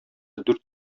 дүрт